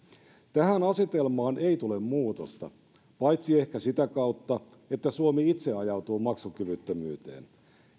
tähän asetelmaan ei tule muutosta paitsi ehkä sitä kautta että suomi itse ajautuu maksukyvyttömyyteen